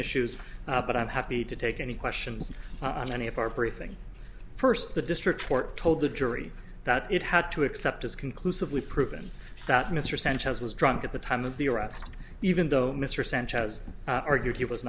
issues but i'm happy to take any questions on any of our briefing first the district court told the jury that it had to accept as conclusively proven that mr sanchez was drunk at the time of the arrest even though mr sanchez argued he was